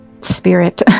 spirit